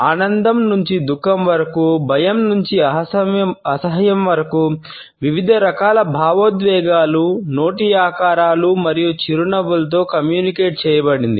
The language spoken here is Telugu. ఆనందం నుండి దుఃఖం వరకు భయం నుండి అసహ్యం వరకు వివిధ రకాల భావోద్వేగాలు నోటి ఆకారాలు మరియు చిరునవ్వులతో కమ్యూనికేట్ చేయబడింది